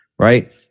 right